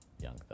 young